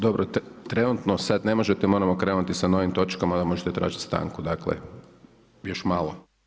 Dobro, trenutno sad ne možete, moramo krenuti sa novim točkama, možete tražiti stanku, dakle još malo.